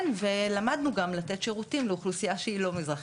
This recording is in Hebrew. כן ולמדנו גם לתת שירותים לאוכלוסייה שהיא לא מזרח ירושלמית.